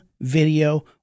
video